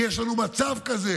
כי יש לנו מצב כזה,